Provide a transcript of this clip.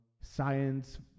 science